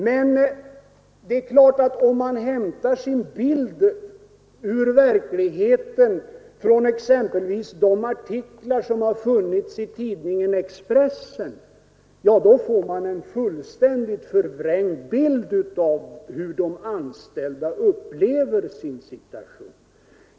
Men det är klart att om man hämtar sin bild av verkligheten från exempelvis de artiklar som har funnits i tidningen Expressen, så får man en fullständigt förvrängd bild av hur de anställda upplever sin situation.